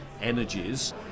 energies